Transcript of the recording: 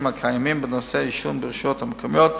הקיימים בנושא העישון ברשויות המקומיות,